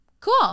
cool